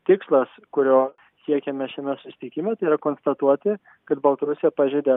tikslas kurio siekiame šiame susitikime tai yra konstatuoti kad baltarusija pažeidė